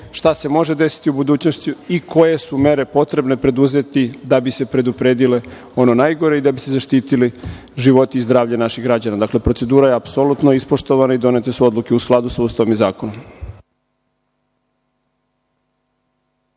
šta se može desiti u budućnosti i koje su mere potrebne preduzeti da bi se predupredilo ono najgore i da bi se zaštitili životi i zdravlje naših građana. Dakle, procedura je apsolutno ispoštovana i donete su odluke u skladu sa Ustavom i zakonom.